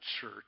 Church